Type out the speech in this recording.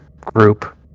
group